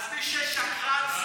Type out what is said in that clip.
אז מי ששקרן זה את.